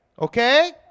Okay